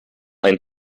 ein